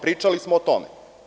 Pričali smo o tome.